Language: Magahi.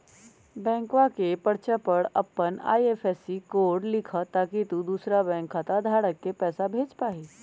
बैंकवा के पर्चा पर अपन आई.एफ.एस.सी कोड लिखा ताकि तु दुसरा बैंक खाता धारक के पैसा भेज पा हीं